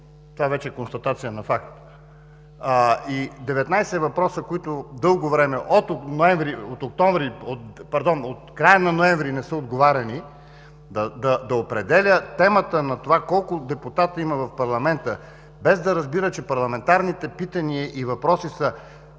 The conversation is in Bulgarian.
това вече е констатация на факт – 19 въпроса, на които дълго време, от края на месец ноември не е отговаряно, да определя темата и колко депутати има в парламента, без да разбира, че парламентарните питания и въпроси са